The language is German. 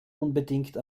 unbedingt